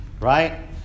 right